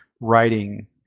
writing